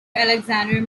alexander